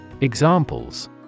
Examples